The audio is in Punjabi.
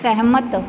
ਸਹਿਮਤ